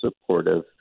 supportive